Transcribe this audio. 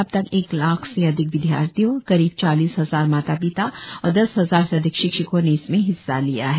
अब तक एक लाख से अधिक विदयार्थियों करीब चालीस हजार माता पिता और दस हजार से अधिक शिक्षकों ने इसमें हिस्सा लिया है